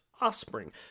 offspring